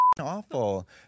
awful